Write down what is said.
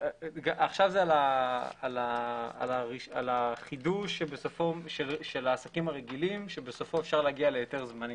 עכשיו זה על החידוש של העסקים הרגילים בסופו אפשר להגיע להיתר זמני.